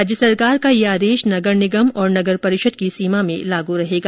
राज्य सरकार का यह आदेश नगर निगम और नगर परिषद की सीमा में लागू रहेगा